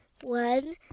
One